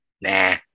nah